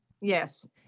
yes